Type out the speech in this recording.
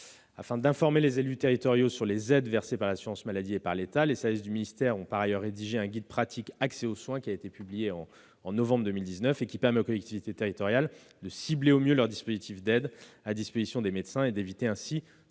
Afin d'informer les élus territoriaux sur les aides versées par l'assurance maladie et par l'État, les services du ministère ont rédigé un guide pratique, intitulé et publié en novembre 2019. Il permet aux collectivités territoriales de cibler au mieux leurs dispositifs d'aide à destination des médecins et d'éviter ainsi